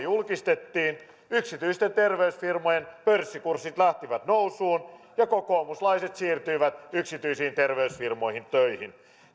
julkistettiin yksityisten terveysfirmojen pörssikurssit lähtivät nousuun ja kokoomuslaiset siirtyivät yksityisiin terveysfirmoihin töihin